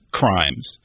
crimes